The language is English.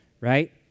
right